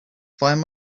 find